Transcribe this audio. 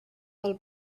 del